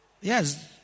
Yes